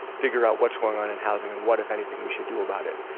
figure out what's going on in housing and what if anything we should do about it.